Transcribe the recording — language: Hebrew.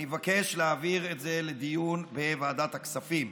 אני מבקש להעביר את זה לדיון בוועדת הכספים.